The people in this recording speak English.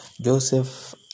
Joseph